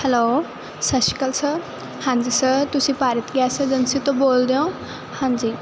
hello ਸਤਿ ਸ਼੍ਰੀ ਅਕਾਲ ਸਰ ਹਾਂਜੀ ਸਰ ਤੁਸੀਂ ਭਾਰਤ ਗੈਸ ਏਜੰਸੀ ਤੋਂ ਬੋਲਦੇ ਹੋ ਹਾਂਜੀ